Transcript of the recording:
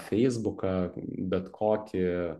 feisbuką bet kokį